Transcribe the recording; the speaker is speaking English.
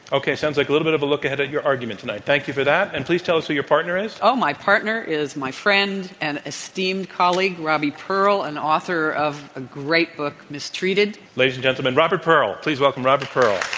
okay. sounds like a little bit of a look ahead at your argument tonight. thank you for that. and please tell us who your partner is. oh, my partner is my friend and esteemed colleague robby pearl, an and author a great book, mistreated. ladies and gentlemen, robert pearl. please welcome robert pearl.